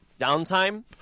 downtime